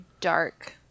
dark